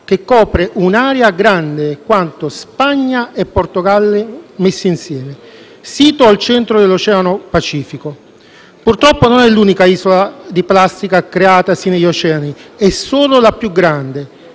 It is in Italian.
che copre un'area grande quanto Spagna e Portogallo messi insieme, sito al centro dell'oceano Pacifico. Purtroppo non è l'unica isola di plastica creatasi negli oceani, è solo la più grande;